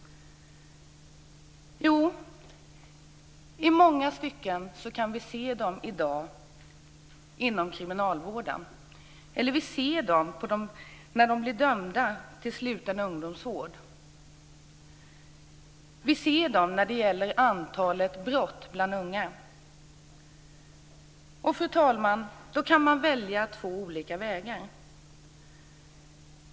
Jo, i många stycken kan vi se dem i dag inom kriminalvården. Eller också ser vi dem när de blir dömda till sluten ungdomsvård. Vi ser dem också när det gäller antalet brott bland unga. Fru talman! Då kan man välja två olika vägar.